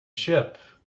ship